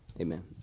amen